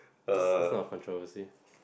that's that's not a controversy